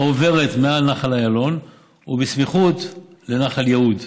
העוברת מעל נחל איילון ובסמיכות לנחל יהוד.